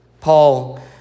Paul